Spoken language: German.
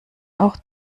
auch